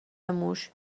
موش